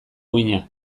uhina